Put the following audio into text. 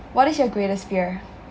what is your greatest fear